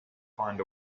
find